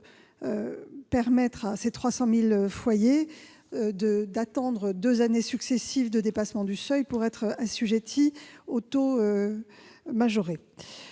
permettre à ces 300 000 foyers d'attendre deux années successives de dépassement du seuil pour être assujettis au taux majoré.